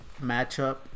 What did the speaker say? matchup